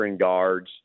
guards